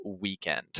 weekend